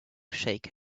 shake